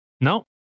no